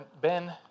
Ben